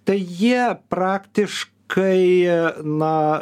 tai jie praktiškai jie na